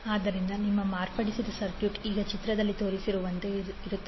ಆದ್ದರಿಂದ ನಿಮ್ಮ ಮಾರ್ಪಡಿಸಿದ ಸರ್ಕ್ಯೂಟ್ ಈಗ ಚಿತ್ರದಲ್ಲಿ ತೋರಿಸಿರುವಂತೆ ಇರುತ್ತದೆ